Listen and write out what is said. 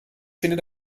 findet